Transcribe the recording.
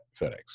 FedEx